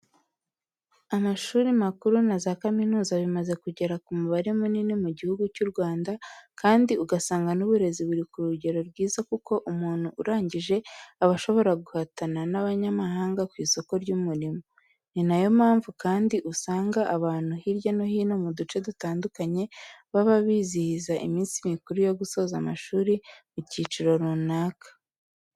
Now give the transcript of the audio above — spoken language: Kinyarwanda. Amashuri makuru na za kaminuza bimaze kugera ku mubare munini mu Gihugu cy'u Rwanda kandi ugasanga n'uburezi buri ku rugero rwiza kuko umuntu urangije aba ashobora guhatana n'abanyamahanga ku isoko ry'umurimo. Ni na yo mpamvu kandi usanga abantu hirya no hino mu duce dutandukanye baba bizihiza iminsi mikuru yo gusoza amashuri mu cyiciro runaka.